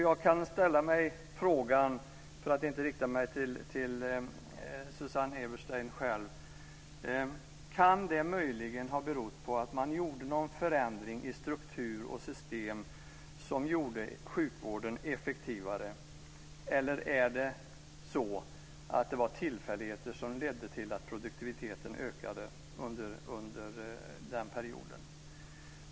Jag kan ställa mig frågan, för att inte rikta den till Susanne Eberstein: Kan det möjligen ha berott på att man genomförde någon förändring i struktur och system som gjorde sjukvården effektivare, eller var det tillfälligheter som ledde till att produktiviteten ökade under den perioden?